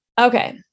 Okay